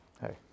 hey